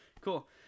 cool